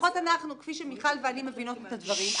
לפחות כפי שמיכל ואני מבינות את הדברים,